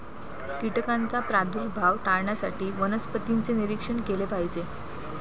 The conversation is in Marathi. कीटकांचा प्रादुर्भाव टाळण्यासाठी वनस्पतींचे निरीक्षण केले पाहिजे